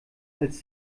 als